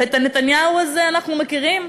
ואת הנתניהו הזה אנחנו מכירים.